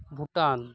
Bhutan